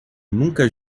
nunca